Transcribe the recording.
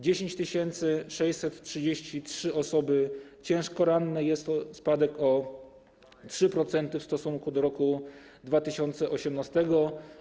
10 633 osoby ciężko ranne i jest to spadek o 3% w stosunku do roku 2018.